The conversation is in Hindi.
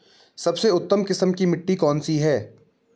सबसे उत्तम किस्म की मिट्टी कौन सी है?